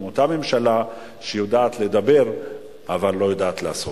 עם אותה ממשלה שיודעת לדבר אבל לא יודעת לעשות.